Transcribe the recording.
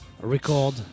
record